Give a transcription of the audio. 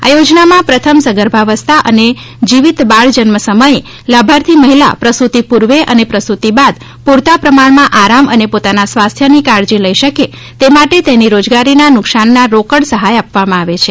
આ યોજનામાં પ્રથમ સગર્ભાવસ્થા અને જીવિત બાળજન્મ સમયે લાભાર્થી મહિલા પ્રસૂતિ પૂર્વે અને પ્રસૂતિ બાદ પૂરતા પ્રમાણમાં આરામ અને પોતાના સ્વાસ્થ્યની કાળજી લઇ શકે તે માટે તેની રોજગારીના નુકશાનનું રોકડ સહાય આપવામાં આવે છે